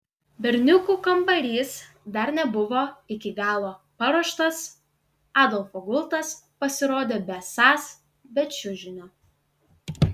berniukų kambarys dar nebuvo iki galo paruoštas adolfo gultas pasirodė besąs be čiužinio